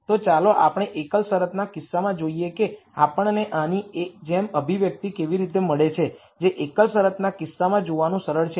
તો ચાલો આપણે એકલ શરતના કિસ્સામાં જોઈએ કે આપણને આની જેમ અભિવ્યક્તિ કેવી રીતે મળે છે જે એકલ શરતના કિસ્સામાં જોવાનું સરળ છે